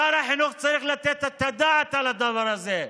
שר החינוך צריך לתת את הדעת על הדבר הזה.